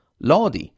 Lodi